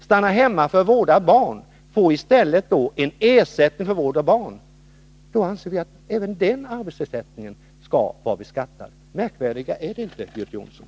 Stannar man hemma för att vårda barn och i stället får en ersättning för det, anser vi att även den arbetsersättningen skall vara beskattad. Märkvärdigare är det inte, Göte Jonsson.